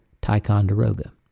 Ticonderoga